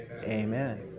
Amen